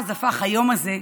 אז הפך יום זה,